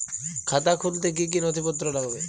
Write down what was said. খাতা খুলতে কি কি নথিপত্র লাগবে?